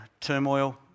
turmoil